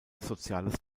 soziales